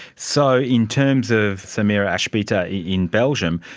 so in terms of samira achbita in belgium,